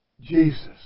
Jesus